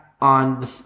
on